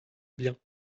bien